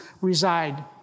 reside